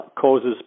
causes